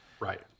Right